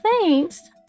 thanks